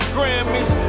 Grammys